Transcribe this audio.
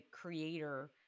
creator